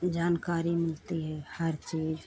जानकारी मिलती है हर चीज़